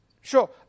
Sure